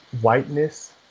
whiteness